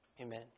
Amen